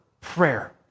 prayer